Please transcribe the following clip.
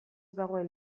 dagoen